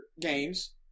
games